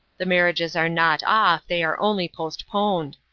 the marriages are not off, they are only postponed.